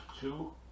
two